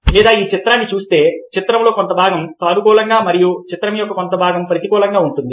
లేదా మీరు ఈ చిత్రాన్ని చూస్తే చిత్రంలో కొంత భాగం సానుకూలంగా మరియు చిత్రం యొక్క కొంత భాగం ప్రతికూలంగా ఉంటుంది